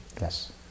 Yes